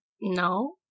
No